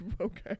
okay